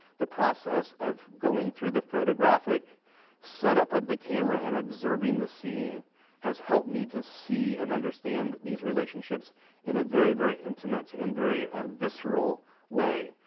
the process of going through the photographic setup of the camera and observing the scene has helped me to see and understand these relationships in a very, very intimate and very visceral way.